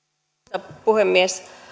arvoisa puhemies